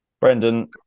Brendan